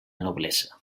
noblesa